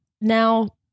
now